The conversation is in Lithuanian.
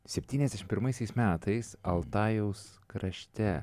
septyniasdešimt pirmaisiais metais altajaus krašte